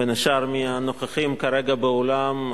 בין השאר מהנוכחים כרגע באולם,